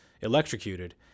electrocuted